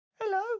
Hello